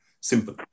Simple